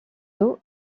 dos